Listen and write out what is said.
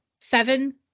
seven